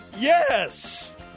Yes